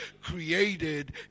created